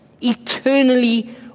eternally